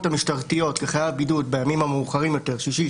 המשטרתיות כחייב בידוד בימים המאוחרים יותר שישי,